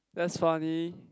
that's funny